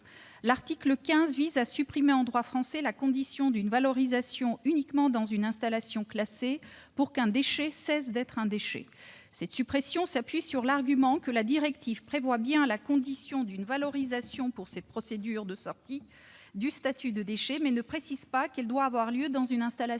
L'article 15 supprime, en droit français, la condition d'une valorisation uniquement dans une installation classée pour qu'un déchet cesse d'être un déchet. Cette suppression s'appuie sur l'argument selon lequel la directive prévoit bien la condition d'une valorisation pour cette procédure de sortie du statut de déchet, mais sans préciser qu'elle doit avoir lieu dans une installation classée.